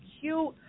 cute